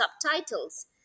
subtitles